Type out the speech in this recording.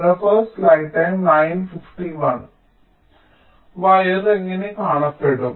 wire എങ്ങനെ കാണപ്പെടും